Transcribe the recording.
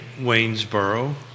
Waynesboro